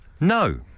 No